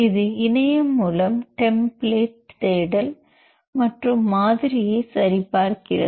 இது இணையம் மூலம் டெம்பிளேட் தேடல் மற்றும் மாதிரியை சரிபார்க்கிறது